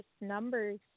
numbers